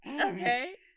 Okay